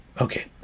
okay